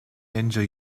ninja